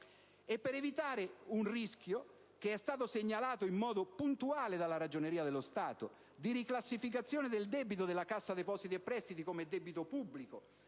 Per evitare il rischio, segnalato in modo puntuale dalla Ragioneria generale dello Stato, di riclassificazione del debito della Cassa depositi e prestiti come debito pubblico,